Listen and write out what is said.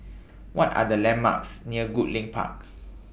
What Are The landmarks near Goodlink Park